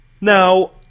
Now